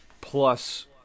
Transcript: Plus